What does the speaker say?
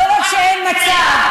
לא רק שאין מצב,